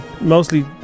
Mostly